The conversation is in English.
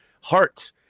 heart